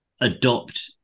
adopt